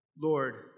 Lord